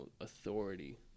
authority